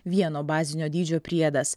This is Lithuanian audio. vieno bazinio dydžio priedas